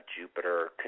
Jupiter